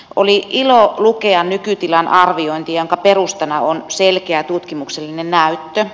oli ilo lukea nykytilan arviointi jonka perustana on selkeä tutkimuksellinen näyttö